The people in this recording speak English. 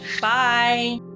Bye